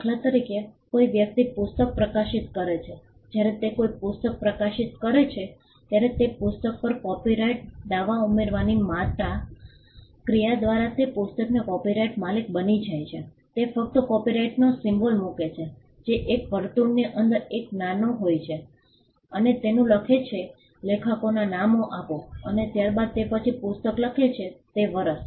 દાખલા તરીકે કોઈ વ્યક્તિ પુસ્તક પ્રકાશિત કરે છે જ્યારે તે કોઈ પુસ્તક પ્રકાશિત કરે છે ત્યારે તે પુસ્તક પર કોપિરાઇટ દાવા ઉમેરવાની માત્ર ક્રિયા દ્વારા તે પુસ્તકનો કોપિરાઇટ માલિક બની જાય છે તે ફક્ત કોપિરાઇટનો સિમ્બોલ મૂકે છે જે એક વર્તુળની અંદર એક નાનો © હોય છે અને તેનું લખે છે લેખકોના નામ આપો અને ત્યારબાદ તે પછી પુસ્તક લખે છે તે વર્ષ